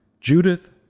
Judith